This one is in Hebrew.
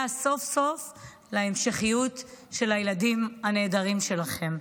סוף-סוף להמשכיות של הילדים הנהדרים שלכם.